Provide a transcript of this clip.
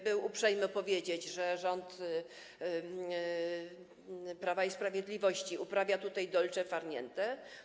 Był on uprzejmy powiedzieć, że rząd Prawa i Sprawiedliwości uprawia tutaj dolce far niente.